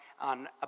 on